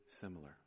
similar